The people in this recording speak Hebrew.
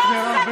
גנץ אמר לא,